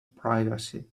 privacy